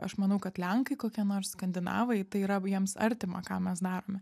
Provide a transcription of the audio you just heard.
aš manau kad lenkai kokie nors skandinavai tai yra jiems artima ką mes darome